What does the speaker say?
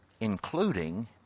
including